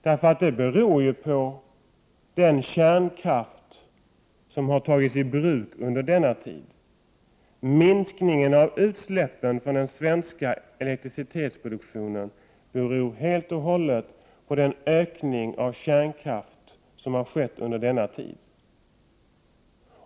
Men detta har ju skett tack vare den kärnkraft som har tagits i bruk under tiden. Minskningen av utsläppen från den svenska elektricitetsproduktionen beror helt och hållet på den ökning av kärnkraftsanvändning som skett under denna tid.